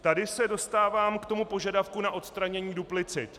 Tady se dostávám k požadavku na odstranění duplicit.